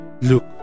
look